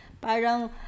Parang